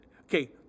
okay